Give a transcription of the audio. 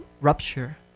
rupture